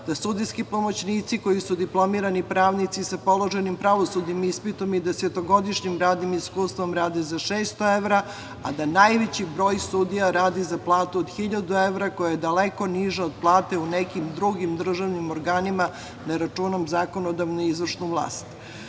da sudijski pomoćnici koji su diplomirani pravnici sa položenim pravosudnim ispitom i desetogodišnjim radnim iskustvom rade za 600 evra, a da najveći broj sudija radi za platu od 1.000 evra, koja je daleko niža od plate u nekim drugim državnim organima, ne računam zakonodavnu i izvršnu vlast. Želim